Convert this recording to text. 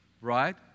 Right